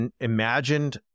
imagined